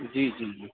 جی جی جی